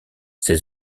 ses